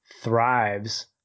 thrives